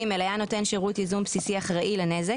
(ג) היה נותן שירות ייזום בסיסי אחראי לנזק,